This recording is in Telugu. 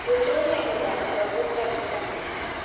రెండు రోజులైంది మేడం ప్రోగ్రెస్ కార్డ్ ఇచ్చాను నేను